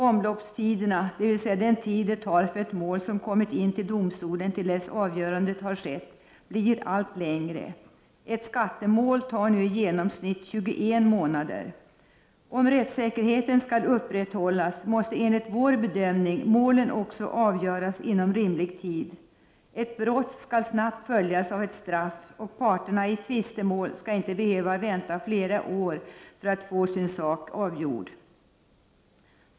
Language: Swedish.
Omloppstiderna, dvs. den tid det tar från det att ett mål kommer in till domstolen till dess ett avgörande har skett, blir allt längre. Ett skattemål tar nu i genomsnitt 21 månader. Om rättssäkerheten skall upprätthållas måste enligt vår bedömning målen också avgöras inom rimlig tid. Ett brott skall snabbt följas av ett straff, och parterna i ett tvistemål skall inte behöva vänta flera år för att få sin sak avgjord.